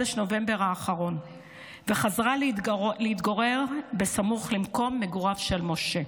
בחודש נובמבר האחרון וחזרה להתגורר סמוך למקום מגוריו של משה.